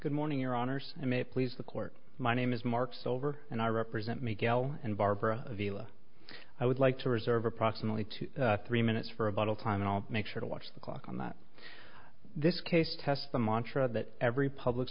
good morning your honors i may please the court my name is marks over and i represent me gal and barbara vila i would like to reserve approximately two three minutes for a bottle time and i'll make sure to watch the clock on that this case test them on sure that every public